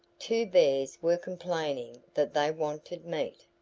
two bears were complaining that they wanted meat.